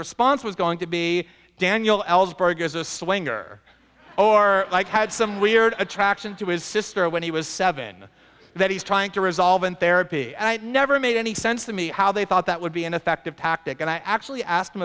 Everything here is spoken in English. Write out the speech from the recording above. response was going to be daniel ellsberg as a swinger or like had some weird attraction to his sister when he was seven that he's trying to resolve in therapy i never made any sense to me how they thought that would be an effective tactic and i actually asked him